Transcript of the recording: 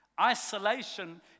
Isolation